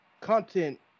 content